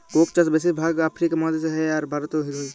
Coke চাষ বেশির ভাগ আফ্রিকা মহাদেশে হ্যয়, আর ভারতেও হ্য়য়